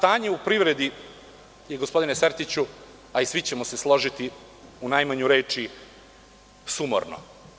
Stanje u privredi je, gospodine Sertiću, a i svi ćemo se složiti, u najmanju reč sumorno.